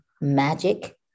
magic